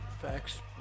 Facts